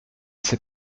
sais